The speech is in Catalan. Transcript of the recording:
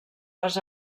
les